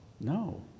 no